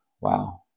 wow